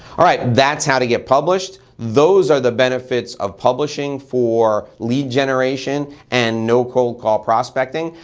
all right, that's how to get published. those are the benefits of publishing for lead generation and no cold call prospecting.